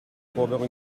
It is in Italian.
povero